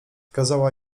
kazała